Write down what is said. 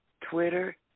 Twitter